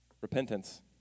repentance